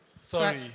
sorry